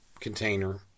container